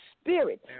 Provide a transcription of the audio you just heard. Spirit